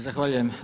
Zahvaljujem.